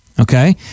okay